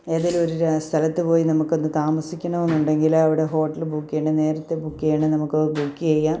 ഏതെങ്കിലും ഒരു രാ സ്ഥലത്ത് പോയി നമുക്ക് ഒന്ന് താമസിക്കണമെന്നുണ്ടെങ്കിൽ അവിടെ ഹോട്ടൽ ബുക്ക് ചെയ്യണം നേരത്തെ ബുക്ക് ചെയ്യണമെങ്കിൽ നമുക്ക് ബുക്ക് ചെയ്യാം